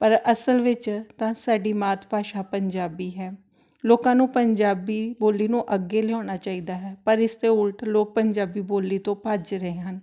ਪਰ ਅਸਲ ਵਿੱਚ ਤਾਂ ਸਾਡੀ ਮਾਤ ਭਾਸ਼ਾ ਪੰਜਾਬੀ ਹੈ ਲੋਕਾਂ ਨੂੰ ਪੰਜਾਬੀ ਬੋਲੀ ਨੂੰ ਅੱਗੇ ਲਿਆਉਣਾ ਚਾਹੀਦਾ ਹੈ ਪਰ ਇਸ ਤੋਂ ਉਲਟ ਲੋਕ ਪੰਜਾਬੀ ਬੋਲੀ ਤੋਂ ਭੱਜ ਰਹੇ ਹਨ